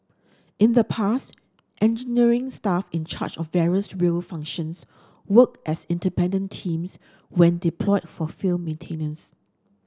in the past engineering staff in charge of various rail functions worked as independent teams when deployed for field maintenance